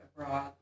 abroad